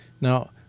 Now